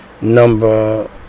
number